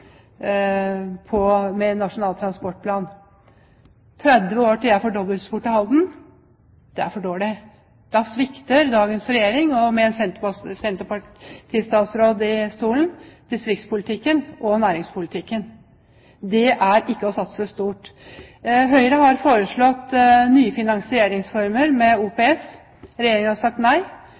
på Nasjonal transportplan. 30 år til jeg får dobbeltspor til Halden – det er for dårlig. Da svikter dagens regjering – med en senterpartistatsråd i stolen – distriktspolitikken og næringspolitikken. Det er ikke å satse stort. Høyre har forslått nye finansieringsformer med OPS. Regjeringen har sagt nei.